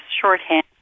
shorthand